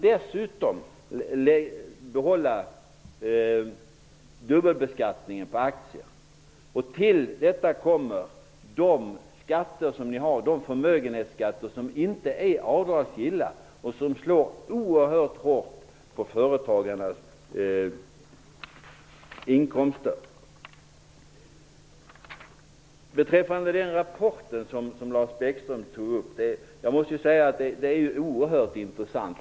Dessutom skall ni behålla dubbelbeskattningen på aktier. Till detta kommer förmögenhetsskatter som inte är avdragsgilla och som slår oerhört hårt på företagarnas inkomster. Lars Bäckström läste upp en rapport. Jag måste säga att det är oerhört intressant.